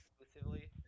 exclusively